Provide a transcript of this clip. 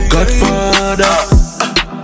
Godfather